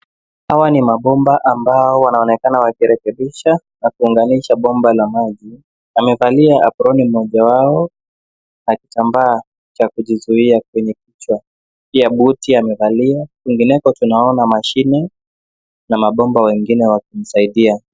Hawa ni mabomba ambao wanaonekana wakirekebisha na kuunganisha bomba la maji. Wamevalia aproni moja wao na kitambaa cha kujizuia kwenye kichwa, pia buti amevalia. Kwengineko tunaona mashine na mabomba wengine wakimsaidia.